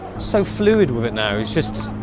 so fluid with it now, it's just